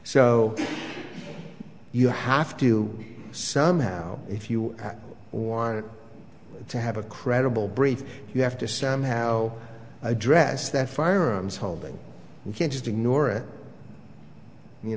so you have to somehow if you want to have a credible break you have to somehow address their firearms holding you can't just ignore it you